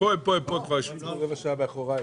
הצבעה הרוויזיה לא אושרה.